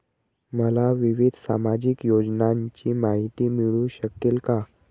मला विविध सामाजिक योजनांची माहिती मिळू शकेल का?